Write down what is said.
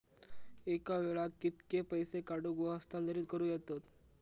एका वेळाक कित्के पैसे काढूक व हस्तांतरित करूक येतत?